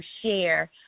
share